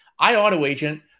iAutoAgent